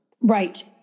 Right